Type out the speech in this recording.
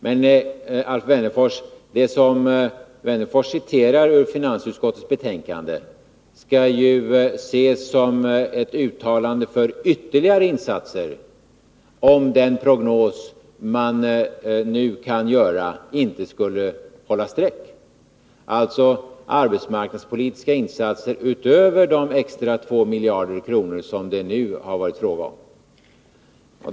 Men, Alf Wennerfors, det citat ur finansutskottets betänkande som herr Wennerfors anför skall ju ses som ett uttalande för ytterligare arbetsmarknadspolitiska insatser, för den händelse att den prognos som man nu kan göra inte skulle hålla streck, alltså utöver de ca 2 miljarder kronor som det hittills har varit fråga om.